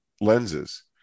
lenses